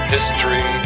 History